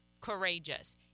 courageous